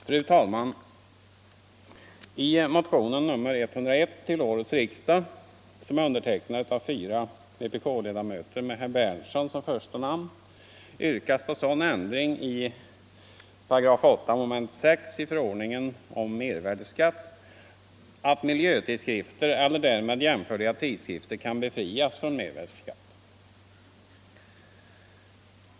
Fru talman! I motionen 101, som är undertecknad av fyra vpk-ledamöter med herr Berndtson som första namn, yrkas på sådan ändring i 8§ 6 mom. förordningen om mervärdeskatt att miljötidskrifter eller därmed jämförliga tidskrifter kan befrias från mervärdeskatt.